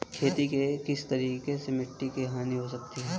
खेती के किस तरीके से मिट्टी की हानि हो सकती है?